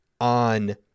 on